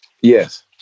Yes